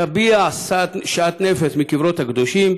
תביע שאט נפש מקברות הקדושים,